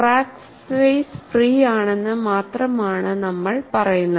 crack face free ആണെന്ന് മാത്രമാണ് നമ്മൾ പറയുന്നത്